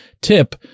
tip